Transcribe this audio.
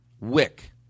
wick